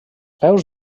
peus